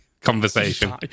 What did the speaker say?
conversation